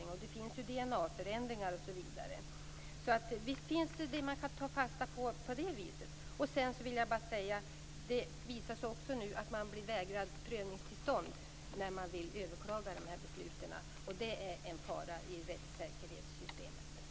Man har även konstaterat DNA-förändringar osv. Det finns alltså saker att ta fasta på. Det visar sig nu också att dessa människor vägras prövningstillstånd när de vill överklaga dessa beslut. Det innebär en fara i rättssäkerhetssystemet.